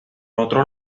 otro